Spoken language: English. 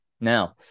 Now